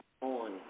on